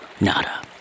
Nada